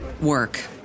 work